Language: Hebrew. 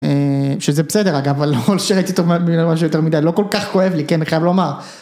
א.. שזה בסדר אגב, אבל לא שראיתי אותו משהו יותר מדי, לא כל כך כואב לי, כן? אני חייב לומר.